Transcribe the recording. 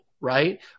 right